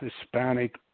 Hispanic